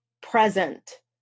present